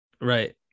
right